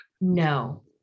No